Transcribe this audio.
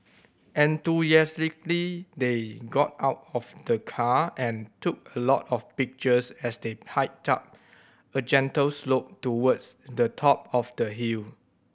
enthusiastically they got out of the car and took a lot of pictures as they hiked up a gentle slope towards the top of the hill